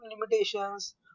limitations